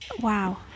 wow